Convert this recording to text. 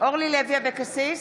אורלי לוי אבקסיס,